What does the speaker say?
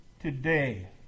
today